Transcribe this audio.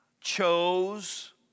chose